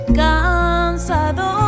cansado